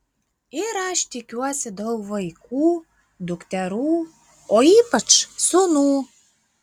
ir aš tikiuosi daug vaikų dukterų o ypač sūnų